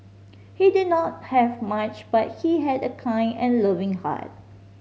he did not have much but he had a kind and loving heart